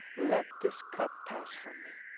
let this cup pass from me